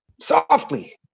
softly